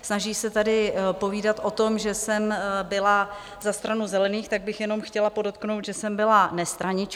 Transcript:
Snaží se tady povídat o tom, že jsem byla za stranu Zelených, tak bych jenom chtěla podotknout, že jsem byla nestranička.